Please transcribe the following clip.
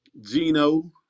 Gino